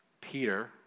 Peter